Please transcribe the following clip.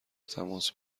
تماس